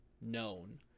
known